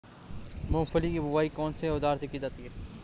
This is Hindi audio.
मूंगफली की बुआई कौनसे औज़ार से की जाती है?